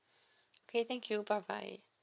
okay thank you bye bye